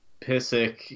Pissick